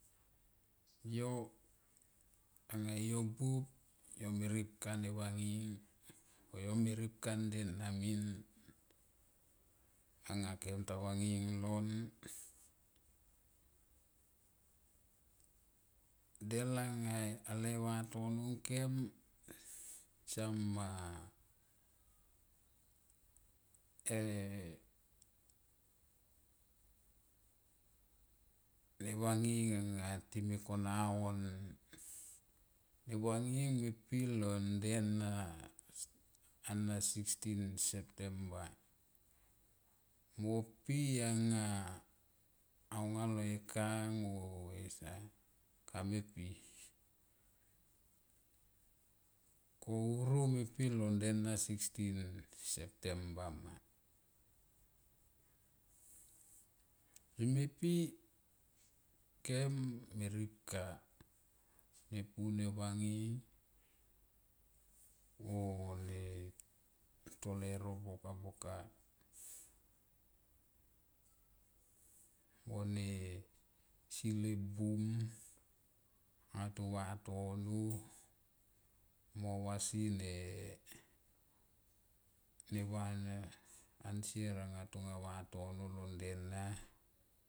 Yo anga yon buop yo me ripka ne vanging yome ripka na min anga kem ta vanging. ilon, del anga de vatono ngkem slam ma e, ne vanging anga time kona on. Ne vanging me pi lo nde na, ana sicteen. September mo pi anga au nga le kang o asa kame pi ko vuru pilon nde na sixteen september ma. Ime pi kem ripka nepu ne vanging o ne to. Leuro boka, boka, boka mo ne sil e bum anga to vatono mo vasi ne va ansier anga to vatono.